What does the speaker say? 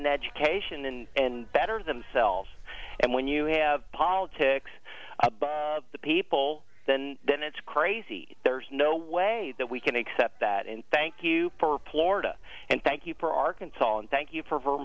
an education and and better themselves and when you have politics by the people then then it's crazy there's no way that we can accept that and thank you for puerto and thank you for arkansas and thank you for ver